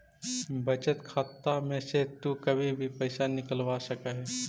बचत खाता में से तु कभी भी पइसा निकलवा सकऽ हे